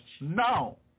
No